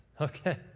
Okay